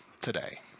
today